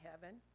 heaven